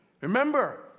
Remember